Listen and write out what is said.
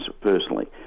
personally